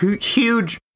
Huge